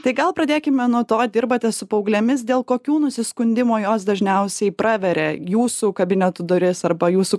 tai gal pradėkime nuo to dirbate su paauglėmis dėl kokių nusiskundimo jos dažniausiai praveria jūsų kabinetų duris arba jūsų